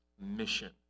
mission